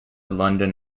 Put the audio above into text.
london